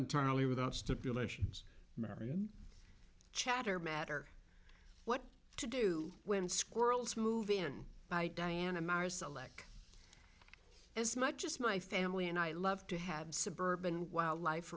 entirely without stipulations merion chatter matter what to do when squirrels move in by diana mara selec as much as my family and i love to have suburban wildlife